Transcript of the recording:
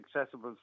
accessible